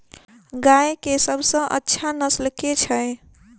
गाय केँ सबसँ अच्छा नस्ल केँ छैय?